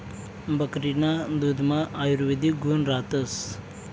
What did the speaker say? बकरीना दुधमा आयुर्वेदिक गुण रातस